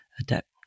adapt